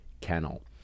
kennel